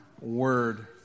word